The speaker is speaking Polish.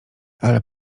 ale